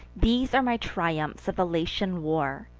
these are my triumphs of the latian war,